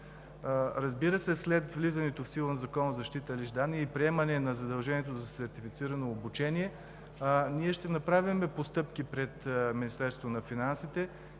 Разбира се, след влизането в сила на Закона за защита на личните данни и приемането на задължението за сертифицирано обучение ние ще направим постъпки пред Министерството на финансите